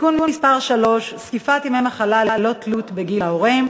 (תיקון מס' 3) (זקיפת ימי מחלה ללא תלות בגיל ההורה),